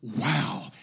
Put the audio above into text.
wow